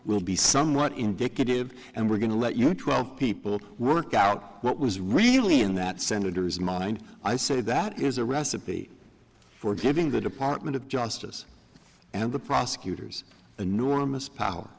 will be somewhat indicative and we're going to let you twelve people work out what was really in that senator's mind i say that is a recipe for giving the department of justice and the prosecutors enormous power